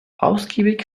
ausgiebig